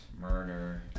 murder